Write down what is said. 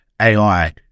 AI